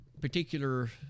particular